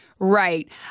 Right